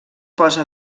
posa